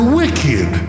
wicked